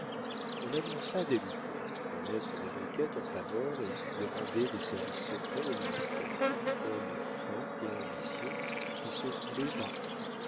on annonça des lupeaulx un maître des requêtes en faveur et qui rendait des services secrets au ministère homme fin et ambitieux qui se coulait partout